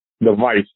device